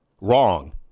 wrong